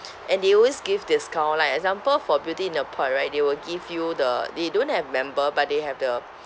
and they always give discount like example for beauty in the pot right they will give you the they don't have member but they have the